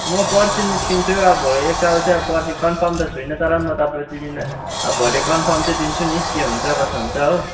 म पर्सि निस्किन्छु अब भोलि एकताल चाहिँ अब पर्सि कन्फर्म त छुइनँ तर म तपाईँ तिमीलाई अब भोलि कन्फर्म चाहिँ दिन्छु नि के हुन्छ कसो हुन्छ हो